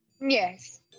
Yes